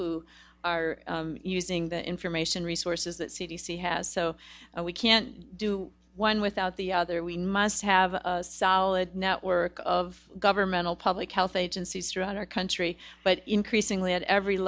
who are using the information resources that c d c has so we can't do one without the other we must have a solid network of governmental public health agencies throughout our country but increasingly at every